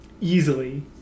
easily